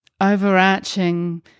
overarching